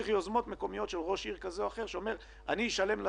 יוזמות של ראש עיר כזה או אחר שיגיד: אני אשלם לסייעות,